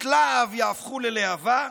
את לה"ב יהפכו ללהבה,